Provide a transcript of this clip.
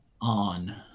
on